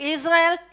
Israel